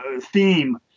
theme